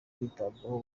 kwitabwaho